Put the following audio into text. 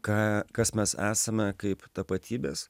ką kas mes esame kaip tapatybės